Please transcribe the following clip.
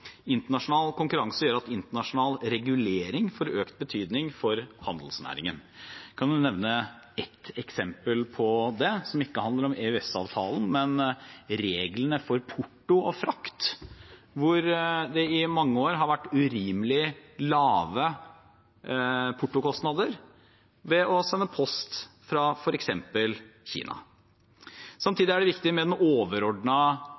Internasjonal konkurranse gjør at internasjonal regulering får økt betydning for handelsnæringen. Jeg kan nevne ett eksempel på det, som ikke handler om EØS-avtalen, men om reglene for porto og frakt, hvor det i mange år har vært urimelig lave portokostnader ved å sende post fra f.eks. Kina.